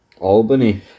Albany